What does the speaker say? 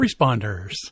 responders